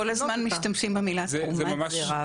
אנחנו כל הזמן משתמשים במילה "תרומת זרע",